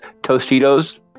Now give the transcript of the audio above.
tostitos